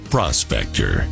Prospector